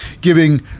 Giving